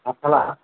ভাত খালা